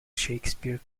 shakespeare